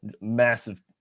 massive